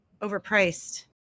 overpriced